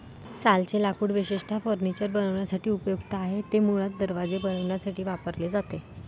सालचे लाकूड विशेषतः फर्निचर बनवण्यासाठी उपयुक्त आहे, ते मुळात दरवाजे बनवण्यासाठी वापरले जाते